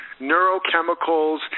neurochemicals